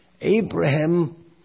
Abraham